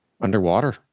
underwater